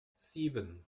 sieben